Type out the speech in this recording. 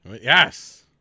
Yes